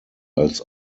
als